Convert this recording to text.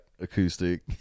acoustic